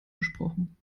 gesprochen